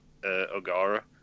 Ogara